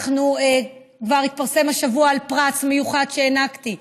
כבר התפרסם השבוע על פרס מיוחד שהעניקו,